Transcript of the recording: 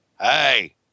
Hey